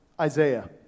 Isaiah